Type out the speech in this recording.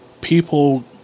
people